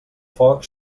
foc